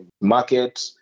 market